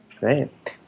right